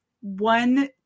one